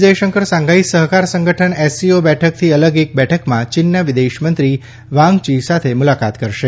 જયશંકરે શાંધાઇ સહકાર સંગઠન એસસીઓ બેઠકથી અલગ એક બેઠકમાં ચીનના વિદેશમંત્રી વાંગચી સાથે મુલાકાત કરશે